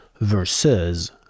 versus